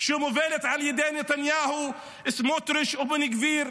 שמובלת על ידי נתניהו, סמוטריץ' ובן גביר.